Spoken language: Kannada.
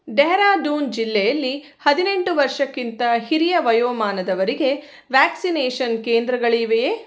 ಡೆಹರಾಡೂನ್ ಜಿಲ್ಲೆಯಲ್ಲಿ ಹದಿನೆಂಟು ವರ್ಷಕ್ಕಿಂತ ಹಿರಿಯ ವಯೋಮಾನದವರಿಗೆ ವ್ಯಾಕ್ಸಿನೇಷನ್ ಕೇಂದ್ರಗಳಿವೆಯೇ